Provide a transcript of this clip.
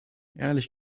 ehrlich